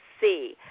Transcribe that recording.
see